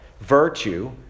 virtue